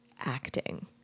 acting